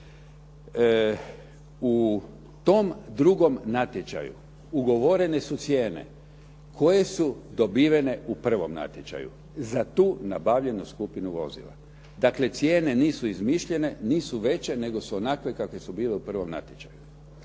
U tom drugom natječaju ugovorene su cijene koje su dobivene u prvom natječaju za tu nabavljenu skupinu vozila. Dakle, cijene nisu izmišljene, nisu veće nego su onakve kakve su bile u prvom natječaju.